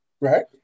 Right